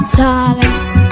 talents